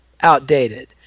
outdated